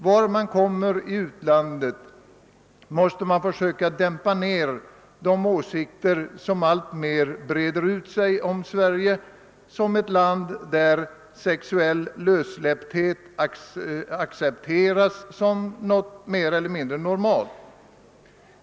Vart man kommer i utlandet måste man försöka dämpa de åsikter som alltmer breder ut sig om Sverige som ett land där sexuell lössläppthet accepteras som något mer eller mindre normalt.